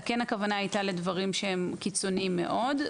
הכוונה היתה כן לדברים קיצוניים מאוד,